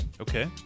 Okay